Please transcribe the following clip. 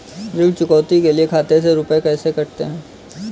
ऋण चुकौती के लिए खाते से रुपये कैसे कटते हैं?